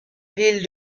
ville